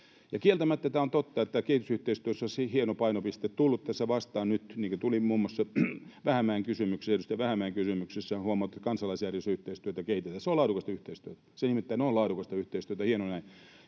Kieltämättä tämä on totta, että kehitysyhteistyössä on se hieno painopiste tullut tässä vastaan nyt, niin kuin tuli muun muassa edustaja Vähämäen kysymyksessä: Hän huomautti, että kansalaisjärjestöyhteistyötä kehitetään. Se on laadukasta yhteistyötä. Se nimittäin on laadukasta yhteistyötä, ja hienoa näin.